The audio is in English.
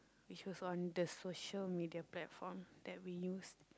which was on the social media platform that we used